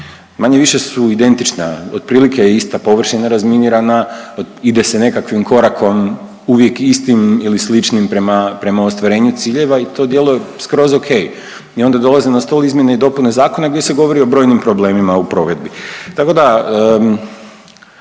manje-više su identična. Otprilike je ista površina razminirana, ide se nekakvim korakom uvijek istim ili sličnim prema, prema ostvarenju ciljeva i to djeluje skroz ok. I onda dolaze na stol izmjene i dopune zakona gdje se govori o brojnim problemima u provedbi.